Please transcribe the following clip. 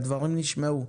והדברים נשמעו.